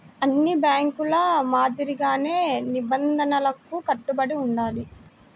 అన్ని బ్యేంకుల మాదిరిగానే నిబంధనలకు కట్టుబడి ఉండాలి